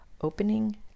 opening